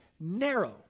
narrow